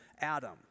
Adam